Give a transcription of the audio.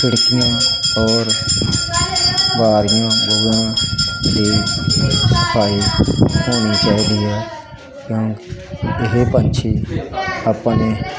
ਖਿੜਕੀਆਂ ਔਰ ਬਾਰੀਆਂ ਵੁਰੀਆਂ ਦੀ ਸਫਾਈ ਹੋਣੀ ਚਾਹੀਦੀ ਹੈ ਕਿਉਂ ਇਹ ਪੰਛੀ ਆਪਾਂ ਨੇ